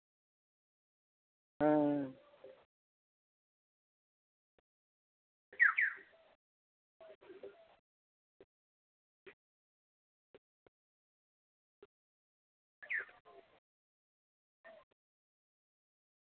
ᱦᱮᱸ